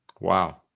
Wow